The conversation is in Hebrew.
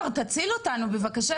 תציל אותנו בבקשה,